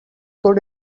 could